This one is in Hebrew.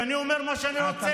ואני אומר מה שאני רוצה,